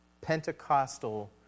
Pentecostal